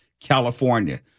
California